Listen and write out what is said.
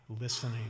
listening